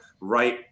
right